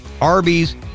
Arby's